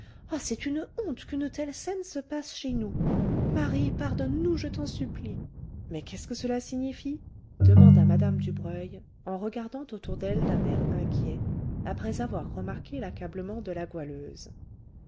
ah c'est une honte qu'une telle scène se passe chez nous marie pardonne nous je t'en supplie mais qu'est-ce que cela signifie demanda mme dubreuil en regardant autour d'elle d'un air inquiet après avoir remarqué l'accablement de la goualeuse